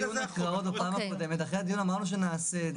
בפעם הקודמת אמרנו שנעשה את זה.